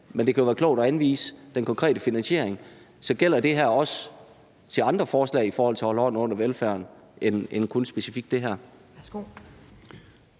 Men det kan jo være klogt at anvise den konkrete finansiering. Så gælder det her også andre forslag om at holde hånden under velfærden end kun specifikt det her?